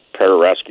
Pararescue